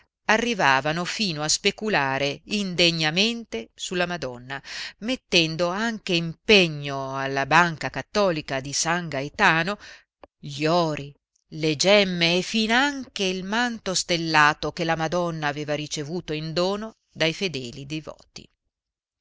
arrivavano fino a speculare indegnamente su la madonna mettendo anche in pegno alla banca cattolica di san gaetano gli ori le gemme e finanche il manto stellato che la madonna aveva ricevuto in dono dai fedeli divoti